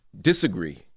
disagree